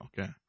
Okay